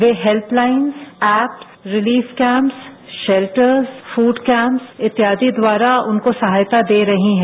वे helplines apps relief camps shelters food camps इत्यादि द्वारा उनको सहायता दे रही हैं